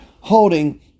holding